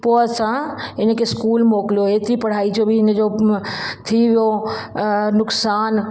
पोइ असां हिनखे स्कूल मोकिलियो एतिरी पढ़ाई जो बि हिन जो थी वियो नुक़सानु